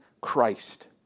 Christ